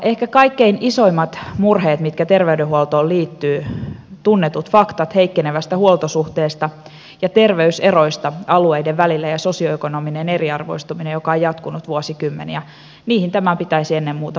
ehkä kaikkein isoimmat murheet mitkä ter veydenhuoltoon liittyvät ovat tunnetut faktat heikkenevästä huoltosuhteesta ja terveyseroista alueiden välillä ja sosioekonominen eriarvoistuminen joka on jatkunut vuosikymmeniä ja niihin tämän pitäisi ennen muuta vastata